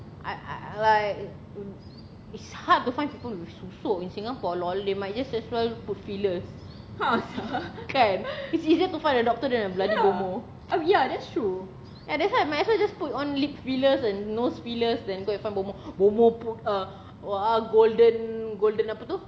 I I like it's hard to find people with susuk in singapore LOL they might just as well put fillers kan it's easier to find a doctor than a bloody bomoh ya that's why might as well just put on lip fillers and nose fillers then you go and find bomoh bomoh pun uh !wah! golden golden apa tu